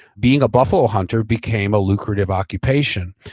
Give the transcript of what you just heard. being a buffalo hunter became a lucrative occupation.